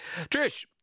Trish